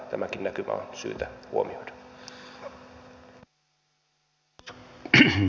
tämäkin näkymä on syytä huomioida